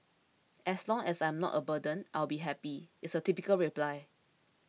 as long as I am not a burden I will be happy is a typical reply